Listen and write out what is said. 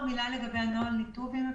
לגביהן.